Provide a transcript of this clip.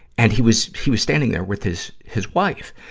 and he was, he was standing there with his, his wife.